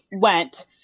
went